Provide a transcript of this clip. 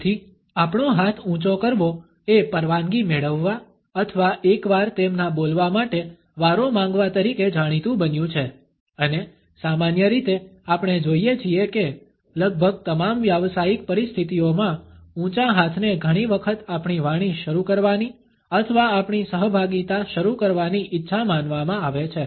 તેથી આપણો હાથ ઊંચો કરવો એ પરવાનગી મેળવવા અથવા એકવાર તેમના બોલવા માટે વારો માંગવા તરીકે જાણીતું બન્યું છે અને સામાન્ય રીતે આપણે જોઈએ છીએ કે લગભગ તમામ વ્યાવસાયિક પરિસ્થિતિઓમાં ઊંચા હાથને ઘણી વખત આપણી વાણી શરૂ કરવાની અથવા આપણી સહભાગીતા શરૂ કરવાની ઇચ્છા માનવામાં આવે છે